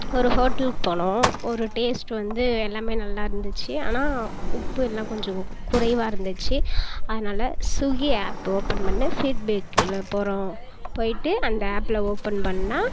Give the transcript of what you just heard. ஒரு ஹோட்டலுக்கு போனோம் ஒரு டேஸ்ட் வந்து எல்லாம் நல்லா இருந்துச்சு ஆனால் உப்பு எல்லாம் கொஞ்சம் குறைவாக இருந்துச்சு அதனால ஸ்விகி ஆப் ஓப்பன் பண்ணி ஃபீட்பேகில் போகிறோம் போயிட்டு அந்த ஆபில் ஓப்பன் பண்ணிணா